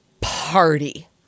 party